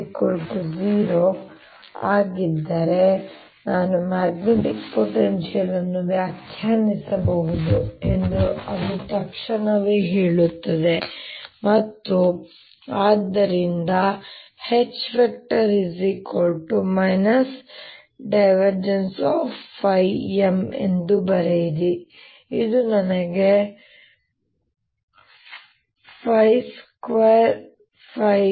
H0 ಆಗಿದ್ದರೆ ನಾನು magnetic potential ಅನ್ನು ವ್ಯಾಖ್ಯಾನಿಸಬಹುದು ಎಂದು ಅದು ತಕ್ಷಣವೇ ಹೇಳುತ್ತದೆ ಮತ್ತು ಆದ್ದರಿಂದ H M ಎಂದು ಬರೆಯಿರಿ ಇದು ನನಗೆ 2M